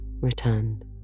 returned